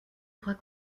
trois